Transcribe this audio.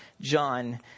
John